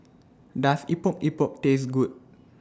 Does Epok Epok Taste Good